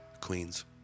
Queens